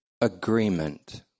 agreement